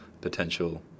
potential